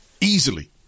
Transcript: easily